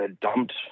dumped